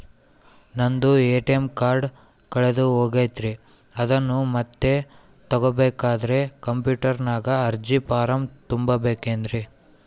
ನಂದು ATM card ಕಳೆದು ಹೋಗೈತ್ರಿ ಅದನ್ನು ಮತ್ತೆ ತಗೋಬೇಕಾದರೆ ಕಂಪ್ಯೂಟರ್ ನಾಗ ಅರ್ಜಿ ಫಾರಂ ತುಂಬಬೇಕನ್ರಿ?